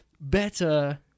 better